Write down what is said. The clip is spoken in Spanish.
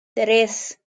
tres